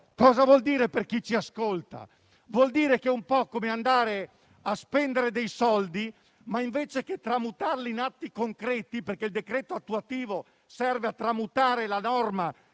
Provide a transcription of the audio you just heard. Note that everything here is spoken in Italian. cosa vuol dire per chi ci ascolta? Vuol dire che è un po' come andare a spendere dei soldi, ma, anziché tramutarli in atti concreti - perché il decreto attuativo serve a tramutare la norma